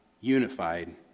unified